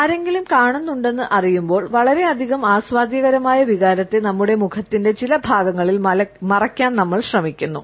ആരെങ്കിലും കാണുന്നുണ്ടെന്ന് അറിയുമ്പോൾ വളരെയധികം ആസ്വാദ്യകരമായ വികാരത്തെ നമ്മുടെ മുഖത്തിന്റെ ചില ഭാഗങ്ങളിൽ മറയ്ക്കാൻ നമ്മൾ ശ്രമിക്കുന്നു